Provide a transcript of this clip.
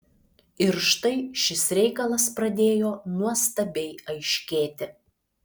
ir štai šis reikalas pradėjo nuostabiai aiškėti